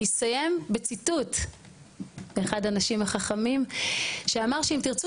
אני אסיים בציטוט מאחד האנשים החכמים שאמר שאם תרצו